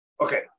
Okay